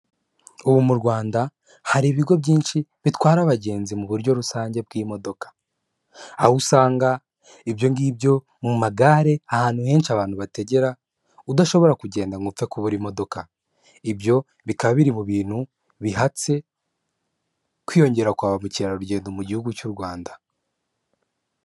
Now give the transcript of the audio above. Ubu mu Rwanda hari ibigo byinshi bitwara abagenzi mu buryo rusange bw'imodoka, aho usanga ibyo ngibyo mu magare ahantu henshi abantu bategera udashobora kugenda ngo upfe kubura imodoka, ibyo bikaba biri mu bintu bihatse kwiyongera kwa bamukerarugendo mu gihugu cy'u Rwanda.